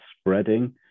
spreading